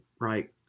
right